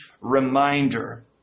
reminder